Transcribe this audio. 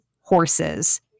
horses